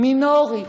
מינורי.